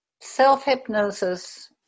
self-hypnosis